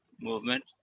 movement